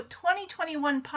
2021